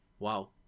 Wow